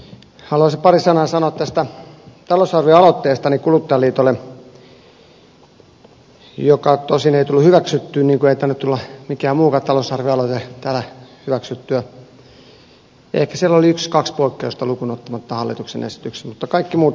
haluaisin pari sanaa sanoa tästä talousarvioaloitteestani kuluttajaliitolle joka tosin ei tullut hyväksyttyä niin kuin ei tainnut tulla mikään muukaan talousarvioaloite täällä hyväksyttyä ehkä siellä oli yhtä kahta poikkeusta lukuun ottamatta hallituksen esityksiä mutta kaikki muut taisivat mennä silppuriin